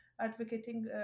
Advocating